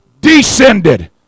descended